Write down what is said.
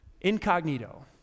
incognito